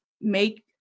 make